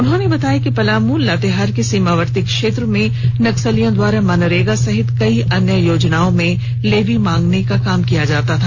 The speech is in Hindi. उन्होंने बताया कि पलामू लातेहार के सीमावर्ती क्षेत्र में नक्सलियों द्वारा मनरेगा सहित कई अन्य योजनाओं में लेवी मांगने का काम किया जा रहा था